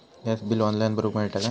Gas bill online भरुक मिळता काय?